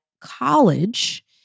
college